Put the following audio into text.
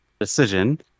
decision